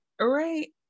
Right